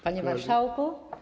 Panie Marszałku!